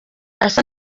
asa